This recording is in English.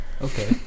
Okay